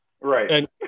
Right